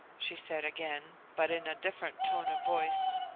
she said again, but in a different tone of voice.